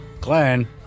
Glenn